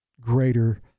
greater